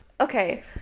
Okay